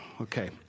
Okay